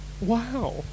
wow